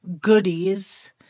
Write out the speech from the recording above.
goodies